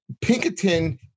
Pinkerton